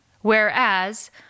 whereas